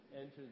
enter